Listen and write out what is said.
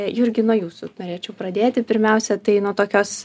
jurgi nuo jūsų norėčiau pradėti pirmiausia tai nuo tokios